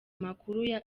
amakuru